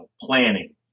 planning